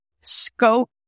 scope